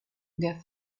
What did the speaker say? der